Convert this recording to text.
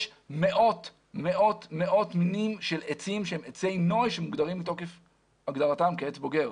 יש מאות מינים של עצים שהם עצי נוי שמוגדרים מתוקף הגדרתם כעץ בוגר.